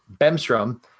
Bemstrom